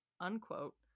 Unquote